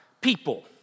people